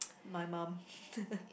my mum